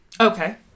Okay